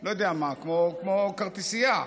לא יודע מה, כמו כרטיסייה.